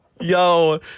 yo